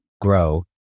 grow